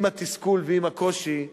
עם התסכול ועם הקושי,